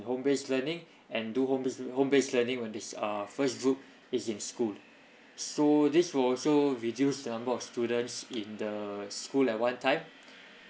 home based learning and do home b~ home based learning when this uh first group is in school so this will also reduce the number of students in the school at one time